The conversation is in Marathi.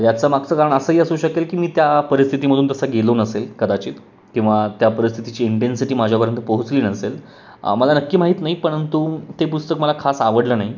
याच्यामागचं कारण असंही असू शकेल की मी त्या परिस्थितीमधून तसा गेलो नसेल कदाचित किंवा त्या परिस्थितीची इंटेन्सिटी माझ्यापर्यंत पोहोचली नसेल मला नक्की माहीत नाही परंतु ते पुस्तक मला खास आवडलं नाही